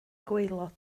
gwaelod